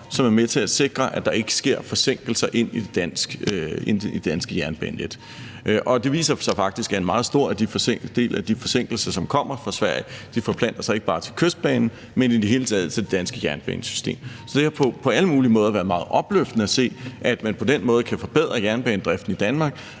som er med til at sikre, at der ikke sker forsinkelser inde i det danske jernbanenet. Det viser sig faktisk, at en meget stor del af de forsinkelser, som kommer fra Sverige, forplanter sig ikke bare til Kystbanen, men i det hele taget til det danske jernbanesystem. Så det har på alle mulige måder været meget opløftende at se, at man på den måde kan forbedre jernbanedriften i Danmark,